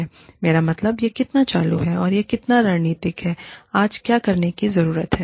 मेरा मतलब है यह कितना चालू है और यह कितना रणनीतिक है आज क्या करने की जरूरत है